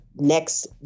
next